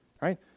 right